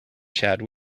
chad